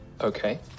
Okay